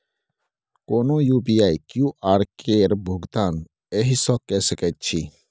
कोनो UPI QR केर भुगतान एहिसँ कए सकैत छी